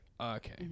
Okay